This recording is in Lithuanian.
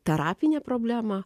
terapinę problemą